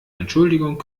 entschuldigung